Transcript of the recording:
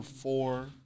four